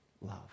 love